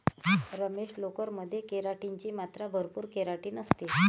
रमेश, लोकर मध्ये केराटिन ची मात्रा भरपूर केराटिन असते